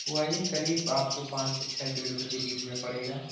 वही करीब आपको पाँच से छः किलोमीटर के बीच में पड़ेगा